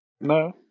No